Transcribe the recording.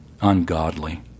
ungodly